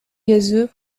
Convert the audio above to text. gazeux